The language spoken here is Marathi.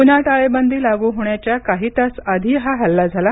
पुन्हा टाळेबंदी लागू होण्याच्या काही तास आधी हा हल्ला झाला